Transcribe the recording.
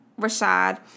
Rashad